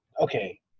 okay